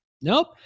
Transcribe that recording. Nope